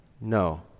No